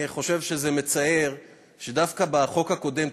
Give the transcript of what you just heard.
אני חושב שזה מצער שבחוק הקודם,